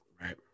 Right